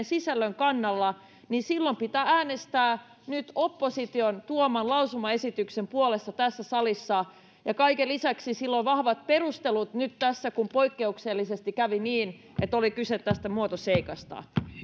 sisällön kannalla niin silloin pitää äänestää nyt opposition tuoman lausumaesityksen puolesta tässä salissa ja kaiken lisäksi sillä on vahvat perustelut nyt tässä kun poikkeuksellisesti kävi niin että oli kyse tästä muotoseikasta